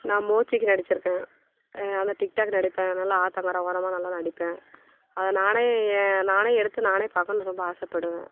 நான் மோஜிக்கு நடித்துருக்கேன் அந்த டிக்டாக் நடிப்பேன் நல்லா ஆற்றங்கர ஓரமாக நல்லா நடிப்பேன் அதை நானே என் நானே எடுத்து நானே பார்க்கணுன்னு ரொம்ப ஆசைப்படுவேன்